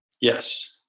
Yes